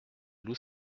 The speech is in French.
loup